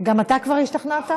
גם אתה כבר השתכנעת?